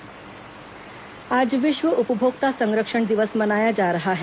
विश्व उपभोक्ता दिवस आज विश्व उपभोक्ता संरक्षण दिवस मनाया जा रहा है